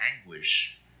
anguish